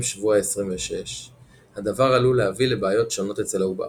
שבוע 26 הדבר עלול להביא לבעיות שונות אצל העובר,